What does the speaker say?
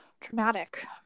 traumatic